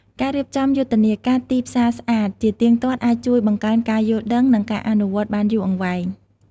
ការរៀបចំយុទ្ធនាការ "ទីផ្សារស្អាត" ជាទៀងទាត់អាចជួយបង្កើនការយល់ដឹង និងការអនុវត្តបានយូរអង្វែង។